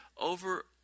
over